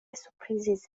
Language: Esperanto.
surprizis